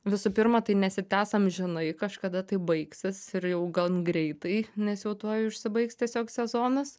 visų pirma tai nesitęs amžinai kažkada tai baigsis ir jau gan greitai nes jau tuoj užsibaigs tiesiog sezonas